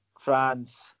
France